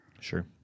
Sure